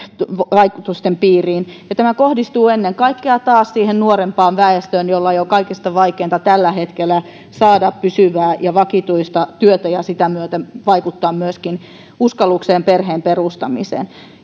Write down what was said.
vaikutusten piiriin tämä kohdistuu ennen kaikkea taas siihen nuorempaan väestöön jolla on jo kaikista vaikeinta tällä hetkellä saada pysyvää ja vakituista työtä ja sitä myöten vaikuttaa myöskin uskallukseen perheen perustamiseen